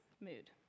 mood